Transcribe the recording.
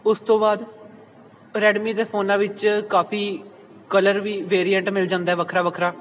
ਉਸ ਤੋਂ ਬਾਅਦ ਰੈਡਮੀ ਦੇ ਫੋਨਾਂ ਵਿੱਚ ਕਾਫੀ ਕਲਰ ਵੀ ਬੇਰੀਐਂਟ ਮਿਲ ਜਾਂਦਾ ਵੱਖਰਾ ਵੱਖਰਾ